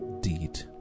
deed